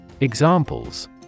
Examples